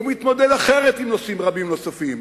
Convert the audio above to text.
הוא מתמודד אחרת עם נושאים רבים נוספים,